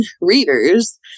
readers